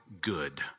good